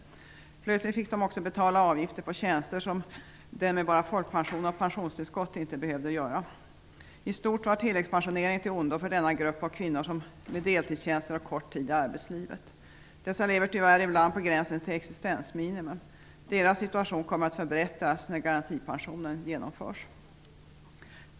Plötsligt fick de också betala avgifter på tjänster som den med bara folkpension och pensionstillskott inte behövde betala. I stort var tilläggspensioneringen till ondo för denna grupp av kvinnor med deltidstjänster och kort tid i arbetslivet. Dessa lever tyvärr ibland på gränsen till existensminimum. Deras situation kommer att förbättras när garantipensionen genomförs.